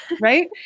Right